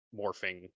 morphing